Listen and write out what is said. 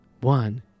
one